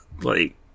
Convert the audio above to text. like-